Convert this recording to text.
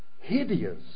hideous